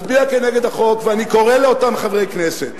מצביע נגד החוק, ואני קורא לאותם חברי כנסת